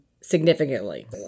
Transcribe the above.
significantly